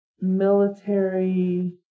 military